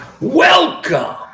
Welcome